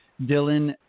Dylan